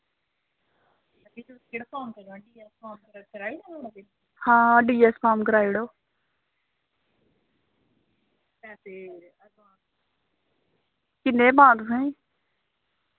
हां D F form कराई ओड़ो किन्नै गा पांऽ तुसें गी